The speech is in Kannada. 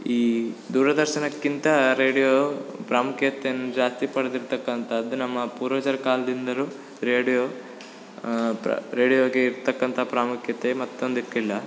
ಈ ದೂರದರ್ಶನಕ್ಕಿಂತ ರೇಡಿಯೋ ಪ್ರಾಮುಖ್ಯತೆಯನ್ನ ಜಾಸ್ತಿ ಪಡೆದಿರ್ತಕ್ಕಂಥದ್ದು ನಮ್ಮ ಪೂರ್ವಜರ ಕಾಲದಿಂದಲೂ ರೇಡಿಯೋ ರೇಡಿಯೋಗೆ ಇರ್ತಕ್ಕಂಥ ಪ್ರಾಮುಖ್ಯತೆ ಮತ್ತೊಂದಕ್ಕಿಲ್ಲ